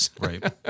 Right